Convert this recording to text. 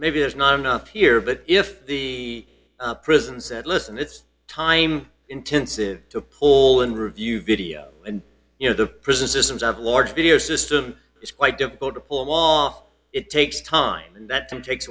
maybe there's not enough here but if the prison said listen it's time intensive to poll and review video and you know the prison systems of large video system it's quite difficult to pull off it takes time and that takes